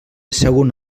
sagunt